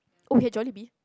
okay Jolibee